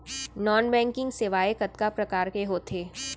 non banking सेवाएं कतका प्रकार के होथे